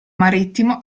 marittimo